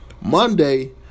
Monday